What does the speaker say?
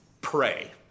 Pray